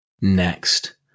next